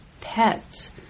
pets